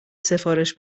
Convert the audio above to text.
سفارش